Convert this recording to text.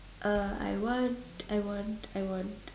uh I want I want I want